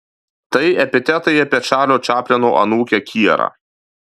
tai epitetai apie čarlio čaplino anūkę kierą